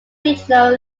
regional